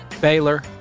Baylor